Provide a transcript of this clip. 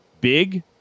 Big